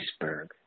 iceberg